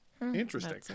interesting